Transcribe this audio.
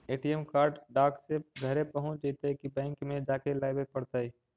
ATM card डाक से घरे पहुँच जईतै कि बैंक में जाके लाबे पड़तै?